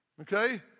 Okay